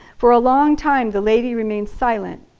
for a long time the lady remains silent,